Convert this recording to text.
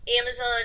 Amazon